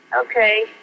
Okay